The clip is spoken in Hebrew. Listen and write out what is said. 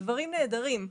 דברים נהדרים,